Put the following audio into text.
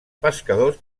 pescadors